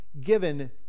given